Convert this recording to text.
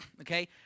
okay